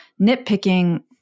nitpicking